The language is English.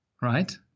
right